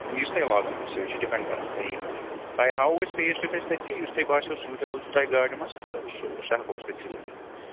یُس تۄہہِ لاگُن آسیو یہِ چھُ ڈِپیٚنڈ کَران تۄہی پیٹھ تۄہہِ ہاوو أسۍ فیس ٹُہ فیس تٔتۍتھے یُس تۄہہِ باسیو سوٗٹیبٕل چھُو تۄہہِ گاڑِ مَنٛز تہٕ تہٕ سُہ ہیٚکو أسۍ تٔتۍتھے لٲگِتھ